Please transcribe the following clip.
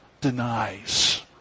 denies